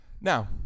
now